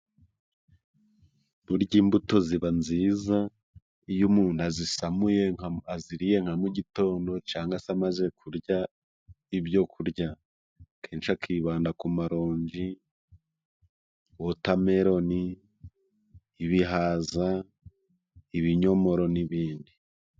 Burya imbuto ziba nziza iyo umuntu azisamuye aziriye nka mu gitondo, cyangwa se amaze kurya ibyo kurya, akenshi akibanda ku maronji, wotameloni, ibihaza, ibinyomoro n'ibindi.